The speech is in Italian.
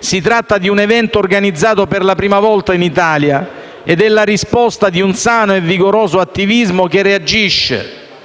Si tratta di un evento organizzato per la prima volta in Italia ed è la risposta di un sano e vigoroso attivismo che reagisce: